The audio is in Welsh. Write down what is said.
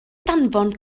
danfon